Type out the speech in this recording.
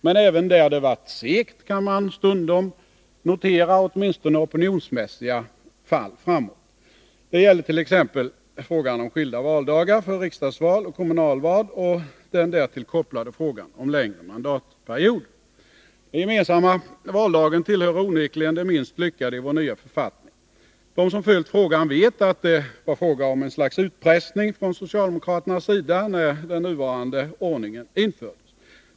Men också där det varit segt kan man stundom notera åtminstone opinionsmässiga fall framåt. Det gäller t.ex. frågan om skilda valdagar för riksdagsval och kommunalval och den därtill kopplade frågan om längre mandatperioder. Den gemensamma valdagen tillhör onekligen det minst lyckade i vår nya författning. De som följt ärendet vet att det var fråga om ett slags utpressning från socialdemokraternas sida när den nuvarande ordningen infördes.